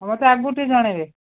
ହେଉ ମୋତେ ଆଗରୁ ଟିକିଏ ଜଣେଇବେ